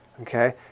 Okay